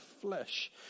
flesh